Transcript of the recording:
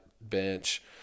bench